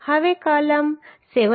હવે કલમ 7